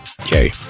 Okay